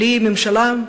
בלי ממשלה,